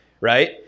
right